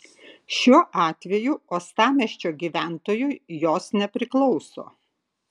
šiuo atveju uostamiesčio gyventojui jos nepriklauso